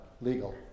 legal